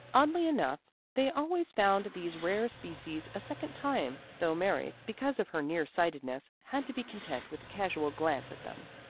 oddly enough they always found these rare species a second time, though mary, because of her near-sightedness, had to be content with a casual glance at them.